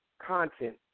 content